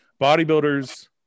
bodybuilders